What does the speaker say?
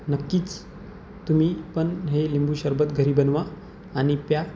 नक्कीच तुम्ही पण हे लिंबू सरबत घरी बनवा आणि प्या